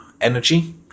energy